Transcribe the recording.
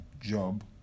job